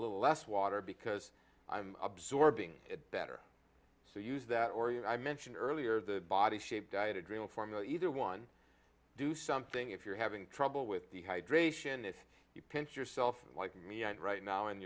little less water because i'm absorbing it better so use that or your i mentioned earlier the body shape diet adrenal formula either one do something if you're having trouble with the hydration if you pinch yourself like me right now